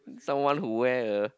someone who wear a